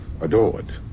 adored